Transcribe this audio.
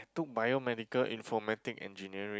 took Biomedical Informatic Engineering